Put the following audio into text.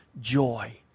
joy